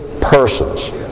persons